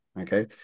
okay